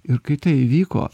ir kai tai įvyko